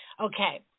Okay